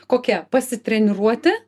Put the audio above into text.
kokia pasitreniruoti